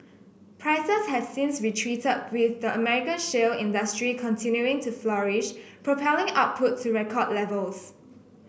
prices have since retreated with the American shale industry continuing to flourish propelling output to record levels